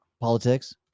politics